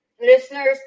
listeners